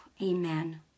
Amen